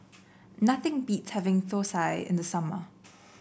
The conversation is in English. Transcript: nothing beats having Thosai in the summer